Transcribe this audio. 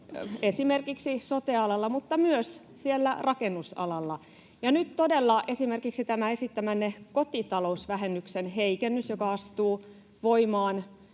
esimerkiksi sote-alalla mutta myös siellä rakennusalalla. Ja nyt todella esimerkiksi tämä esittämänne kotitalousvähennyksen heikennys, joka astuu voimaan